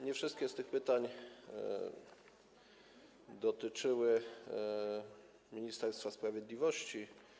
Nie wszystkie z tych pytań dotyczyły Ministerstwa Sprawiedliwości.